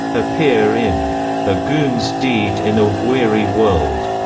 appear in a goon's deed in a weary world,